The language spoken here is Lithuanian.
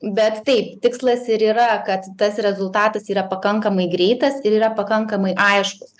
bet taip tikslas ir yra kad tas rezultatas yra pakankamai greitas ir yra pakankamai aiškus